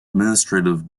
administrative